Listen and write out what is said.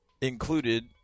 included